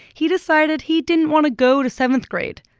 he decided he didn't want to go to seventh grade.